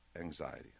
anxiety